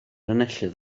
enillydd